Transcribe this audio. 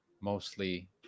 mostly